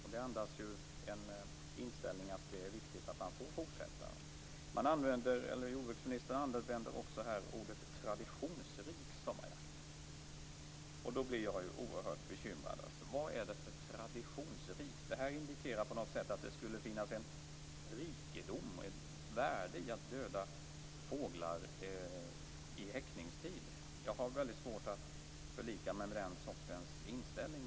Det andas ju en inställning att det är viktigt att man får fortsätta med jakten. Jordbruksministern använder här uttrycket traditionsrik sommarjakt. Då blir jag oerhört bekymrad. Detta indikerar på något sätt att det skulle finnas en rikedom och ett värde i att döda fåglar i häckningstid. Jag har väldigt svårt att förlika mig med den sortens inställning.